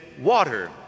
water